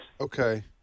okay